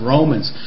Romans